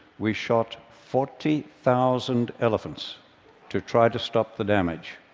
we shot forty thousand elephants to try to stop the damage.